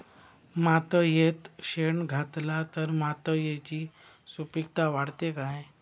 मातयेत शेण घातला तर मातयेची सुपीकता वाढते काय?